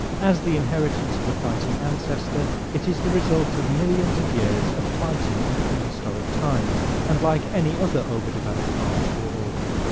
as the inheritance of a fighting ancestor it is the result of millions of years of fighting in prehistoric times, and, like any other over-developed part or organ,